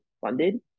funded